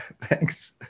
thanks